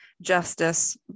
justice